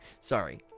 Sorry